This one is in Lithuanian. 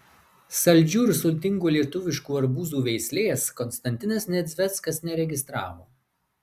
saldžių ir sultingų lietuviškų arbūzų veislės konstantinas nedzveckas neregistravo